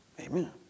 Amen